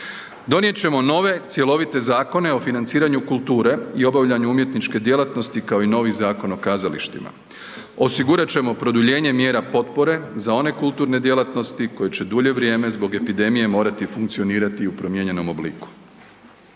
Donijet ćemo nove cjelovite zakone o financiranju kulture i obavljanju umjetničke djelatnosti kao i novi zakon o kazalištima. Osigurat ćemo produljenje mjera potpore za one kulturne djelatnosti koje će dulje vrijeme zbog epidemije morati funkcionirati u promijenjenom obliku.